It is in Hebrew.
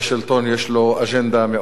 ומי שיושב בשלטון יש לו אג'נדה מאוד מסוכנת,